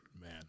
man